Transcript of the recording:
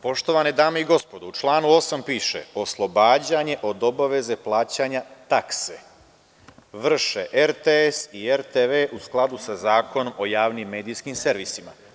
Poštovane dame i gospodo, u članu 8. piše - Oslobađanje od obaveze plaćanja takse vrše RTS i RTV u skladu sa Zakonom o javnim medijskim servisima.